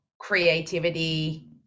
creativity